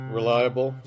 Reliable